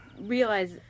realize